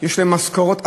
יש להם משכורות עתק.